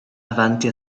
avanti